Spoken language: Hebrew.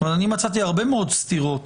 אני מצאתי הרבה מאוד סתירות